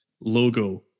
logo